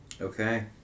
Okay